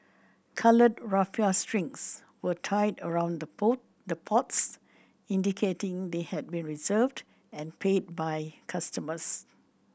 coloured raffia strings were tied around the pots indicating they had been reserved and paid by customers